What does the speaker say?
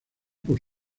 por